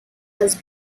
has